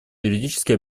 юридически